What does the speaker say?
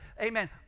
Amen